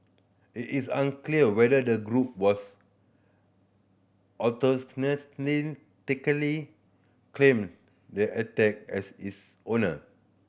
it is unclear whether the group was claiming the attack as its owner